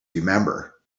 remember